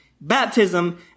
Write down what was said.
Baptism